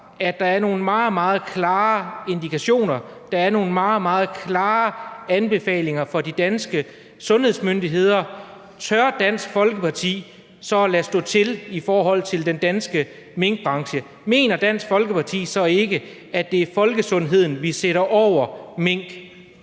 at der er nogle meget, meget klare indikationer og nogle meget, meget klare anbefalinger fra de danske sundhedsmyndigheder, tør Dansk Folkeparti så lade stå til i forhold til den danske minkbranche? Mener Dansk Folkeparti så ikke, at det er folkesundheden, vi sætter over mink?